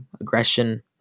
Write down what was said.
aggression